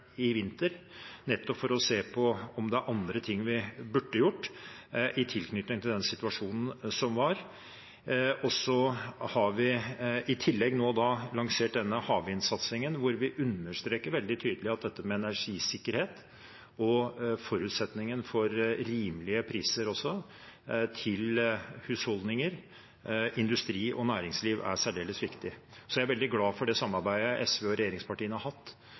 i vinter, nettopp for å se på om det er andre ting vi burde gjort i tilknytning til den situasjonen som var. Så har vi i tillegg lansert havvindsatsingen, hvor vi understreker veldig tydelig at dette med energisikkerhet og forutsetningen for rimelige priser til husholdninger, industri og næringsliv er særdeles viktig. Jeg er veldig glad for det samarbeidet SV og regjeringspartiene har hatt